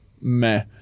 meh